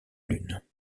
lune